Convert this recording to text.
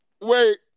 wait